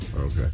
okay